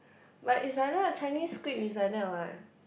but it's like that Chinese script is like that what